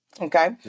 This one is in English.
Okay